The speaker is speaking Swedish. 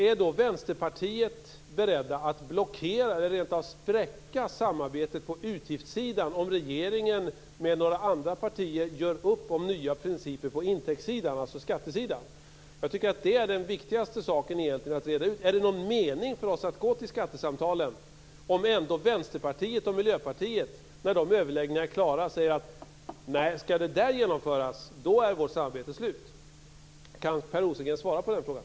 Är ni i Vänsterpartiet beredda att rent av spräcka samarbetet på utgiftssidan om regeringen med några andra partier gör upp om nya principer på intäktssidan, alltså skattesidan? Jag tycker att det är den viktigaste saken att reda ut. Är det någon mening för oss att gå till skattesamtalen om ändå Vänsterpartiet och Miljöpartiet, när överläggningarna är klara, säger: Nej, om det där skall genomföras då är vårt samarbete slut? Kan Per Rosengren svara på den frågan?